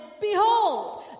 Behold